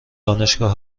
دانشگاه